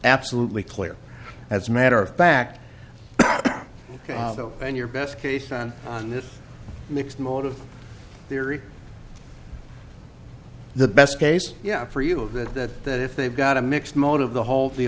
absolutely clear as a matter of fact though in your best case on on this mixed motive theory the best case yeah for you of that that that if they've got a mixed motive the whole the